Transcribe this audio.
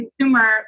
consumer